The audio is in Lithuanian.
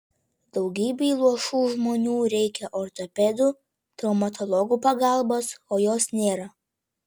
daugybei luošų žmonių reikia ortopedų traumatologų pagalbos o jos nėra